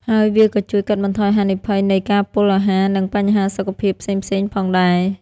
ហើយវាក៏ជួយកាត់បន្ថយហានិភ័យនៃការពុលអាហារ និងបញ្ហាសុខភាពផ្សេងៗផងដែរ។